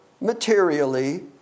materially